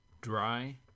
Dry